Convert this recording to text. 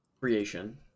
creation